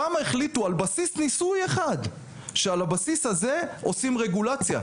שם החליטו על בסיס ניסוי אחד שעל הבסיס הזה עושים רגולציה,